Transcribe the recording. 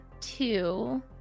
two